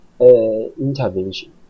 Intervention